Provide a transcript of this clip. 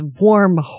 warm